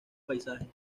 paisaje